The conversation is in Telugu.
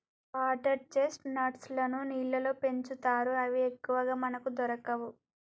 వాటర్ చ్చేస్ట్ నట్స్ లను నీళ్లల్లో పెంచుతారు అవి ఎక్కువగా మనకు దొరకవు